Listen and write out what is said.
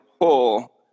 pull